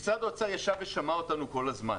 משרד האוצר ישב ושמע אותנו כל הזמן,